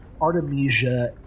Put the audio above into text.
Artemisia